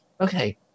okay